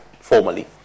formally